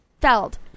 Feld